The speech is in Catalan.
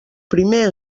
primer